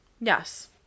Yes